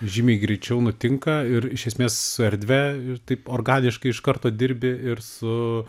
žymiai greičiau nutinka ir iš esmės su erdve ir taip organiškai iš karto dirbi ir su